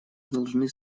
должны